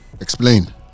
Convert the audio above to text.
Explain